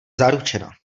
zaručena